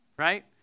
Right